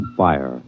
fire